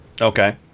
okay